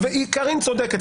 צודקת.